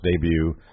debut